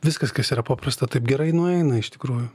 viskas kas yra paprasta taip gerai nueina iš tikrųjų